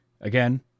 Again